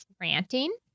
ranting